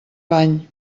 bany